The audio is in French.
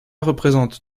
représente